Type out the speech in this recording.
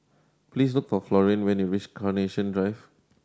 please look for Florian when you reach Carnation Drive